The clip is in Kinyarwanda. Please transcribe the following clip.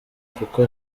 kuko